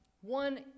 One